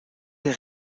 des